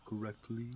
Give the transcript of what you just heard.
correctly